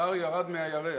השר ירד מהירח,